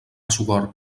sogorb